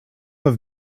have